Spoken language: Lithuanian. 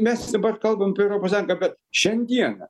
mes dabar kalbam apie europos sąjungą bet šiandieną